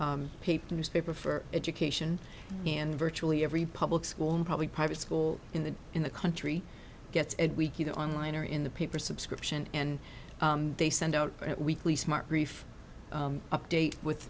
paper newspaper for education and virtually every public school in probably private school in the in the country gets a week either online or in the paper subscription and they send out weekly smart brief update with